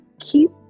keep